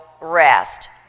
rest